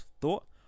thought